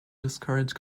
discourage